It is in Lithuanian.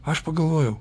aš pagalvojau